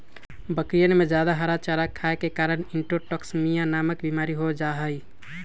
बकरियन में जादा हरा चारा खाये के कारण इंट्रोटॉक्सिमिया नामक बिमारी हो जाहई